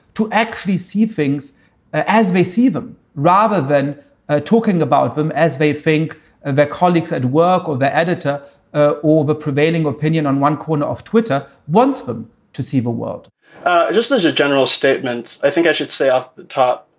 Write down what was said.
to actually see things as we see them, rather than ah talking about them as they think and their colleagues at work or the editor ah or the prevailing opinion on one corner of twitter wants them ah to see the world just as a general statement i think i should say off the top.